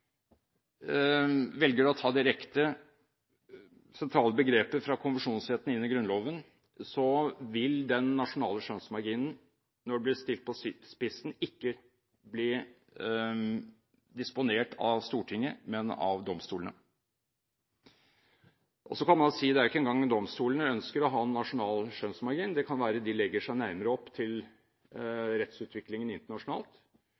velger å ta direkte sentrale begreper fra konvensjonsretten inn i Grunnloven, vil den nasjonale skjønnsmarginen når det blir stilt på spissen, ikke bli disponert av Stortinget, men av domstolene. Og så kan man jo si at det er ikke engang sikkert at domstolene ønsker å ha en nasjonal skjønnsmargin. Det kan være de legger seg nærmere opp til rettsutviklingen internasjonalt,